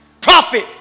Profit